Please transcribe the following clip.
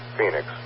Phoenix